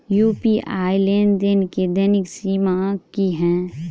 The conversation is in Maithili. यु.पी.आई लेनदेन केँ दैनिक सीमा की है?